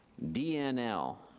dnl.